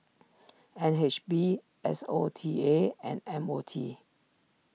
N H B S O T A and M O T